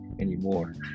anymore